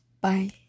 Bye